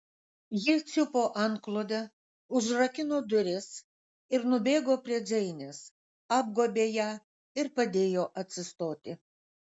ji čiupo antklodę užrakino duris ir nubėgo prie džeinės apgobė ją ir padėjo atsistoti